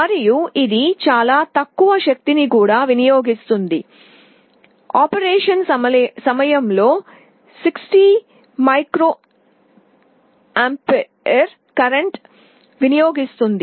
మరియు ఇది చాలా తక్కువ శక్తిని కూడా వినియోగిస్తుంది ఆపరేషన్ సమయంలో 60 మైక్రోఅంపేర్ కరెంట్ వినియోగిస్తుంది